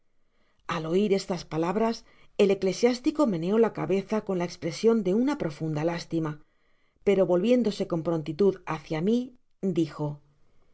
al oir estas palabras el eclesiástico meneó la cabeza cok la espresion de una profunda lástima pero volviéndose con prontitud hácia mr dijo